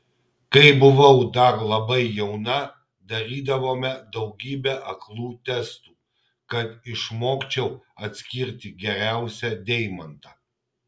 kai buvau dar labai jauna darydavome daugybę aklų testų kad išmokčiau atskirti geriausią deimantą